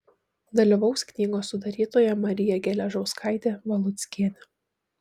dalyvaus knygos sudarytoja marija geležauskaitė valuckienė